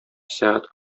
сәгать